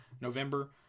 November